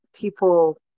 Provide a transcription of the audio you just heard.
people